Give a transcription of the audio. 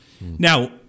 Now